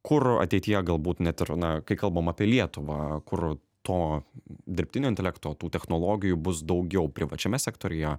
kur ateityje galbūt net ir na kai kalbam apie lietuvą kur to dirbtinio intelekto tų technologijų bus daugiau privačiame sektoriuje